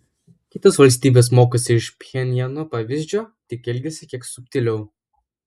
kitos valstybės mokosi iš pchenjano pavyzdžio tik elgiasi kiek subtiliau